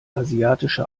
asiatische